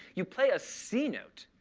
you play a c note.